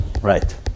Right